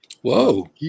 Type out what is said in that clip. Whoa